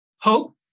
hope